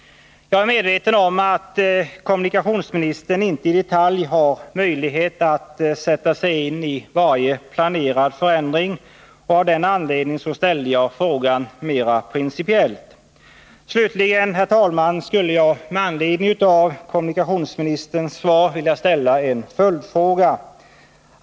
Jag är medveten om att kommunikationsministern inte i detalj har möjlighet att sätta sig in i varje planerad förändring, och av den anledningen ställde jag frågan mera principiellt. Slutligen, herr talman, skulle jag med anledning av kommunikationsministerns svar vilja ställa en följdfråga.